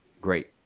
great